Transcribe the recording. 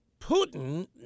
Putin